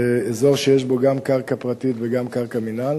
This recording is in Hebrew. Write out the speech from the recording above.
זה אזור שיש בו גם קרקע פרטית וגם קרקע מינהל.